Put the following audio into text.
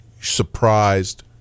surprised